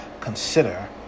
Consider